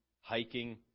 hiking